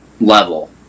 level